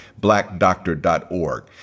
blackdoctor.org